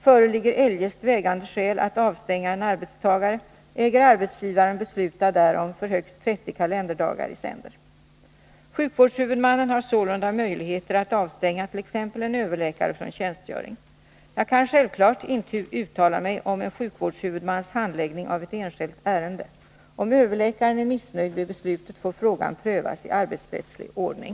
Föreligger eljest vägande skäl att avstänga en arbetstagare äger arbetsgivaren rätt att besluta därom för högst 30 kalenderdagar i sänder. Sjukvårdshuvudmannen har sålunda möjligheter att avstänga t.ex. en överläkare från tjänstgöring. Jag kan självfallet inte uttala mig om en sjukvårdshuvudmans handläggning av ett enskilt ärende. Om överläkaren är missnöjd med beslutet får frågan prövas i arbetsrättslig ordning.